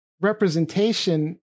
representation